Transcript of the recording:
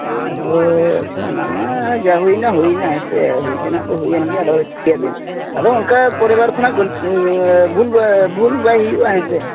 ᱟᱫᱚ ᱚᱱᱟ ᱢᱟ ᱡᱟ ᱦᱩᱭᱮᱱᱟ ᱦᱩᱭᱮᱱᱟ ᱦᱮᱸ ᱥᱮ ᱦᱩᱭ ᱛᱮᱱᱟᱜᱫᱚ ᱦᱩᱭᱮᱱᱜᱮᱭᱟ ᱟᱫᱚ ᱪᱮᱠᱟᱭᱟᱵᱮᱱ ᱟᱫᱚ ᱚᱱᱠᱟ ᱯᱚᱨᱮᱵᱟᱨ ᱠᱷᱚᱱᱟᱜ ᱵᱷᱩᱞ ᱵᱷᱩᱞ ᱵᱟᱭ ᱦᱩᱭᱩᱜᱼᱟ ᱦᱮᱸ ᱥᱮ